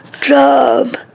job